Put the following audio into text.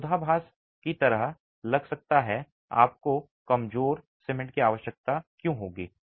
विरोधाभास की तरह लग सकता है आपको कमजोर सीमेंट की आवश्यकता क्यों होगी